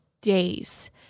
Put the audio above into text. days